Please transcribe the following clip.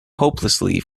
hopelessly